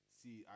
see